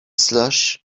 slush